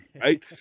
right